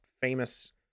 famous